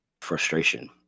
frustration